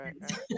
Right